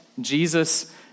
Jesus